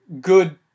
good